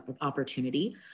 opportunity